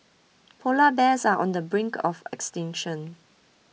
Polar Bears are on the brink of extinction